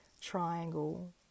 triangle